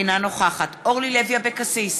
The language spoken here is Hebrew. אינה נוכחת אורלי לוי אבקסיס,